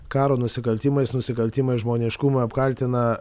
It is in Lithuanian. karo nusikaltimais nusikaltimais žmoniškumui apkaltina